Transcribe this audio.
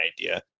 idea